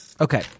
Okay